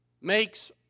makes